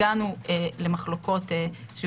הגענו למחלוקות סביב